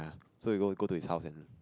so we go go to his house and